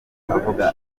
avuga